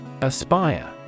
Aspire